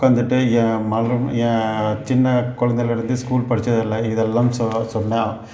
உட்காந்துட்டு என் மலரும் என் சின்ன குழந்தைலருந்து ஸ்கூல் படித்ததில்ல இதெல்லாம் சொன்னால்